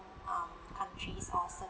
um countries or certain